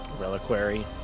reliquary